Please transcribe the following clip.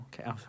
okay